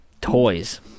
Toys